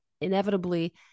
inevitably